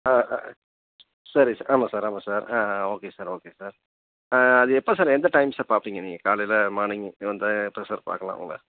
ஆ ஆ சரி சா ஆமாம் சார் ஆமாம் சார் ஆ ஆ ஓகே சார் ஓகே சார் அது எப்போ சார் எந்த டைம் சார் பார்ப்பீங்க நீங்கள் காலையில் மார்னிங் இது வந்தால் எப்போ சார் பார்க்கலாம் உங்களை